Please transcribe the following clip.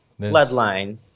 bloodline